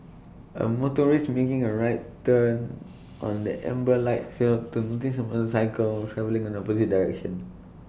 A motorist making A right turn on an amber light failed to notice A motorcycle travelling in the opposite direction